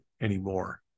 anymore